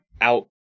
out